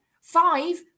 five